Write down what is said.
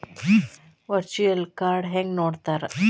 Virtual ಕಾರ್ಡ್ನ ಹೆಂಗ್ ನೋಡ್ತಾರಾ?